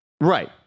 Right